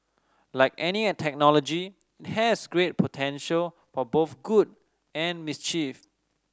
like any technology has great potential for both good and mischief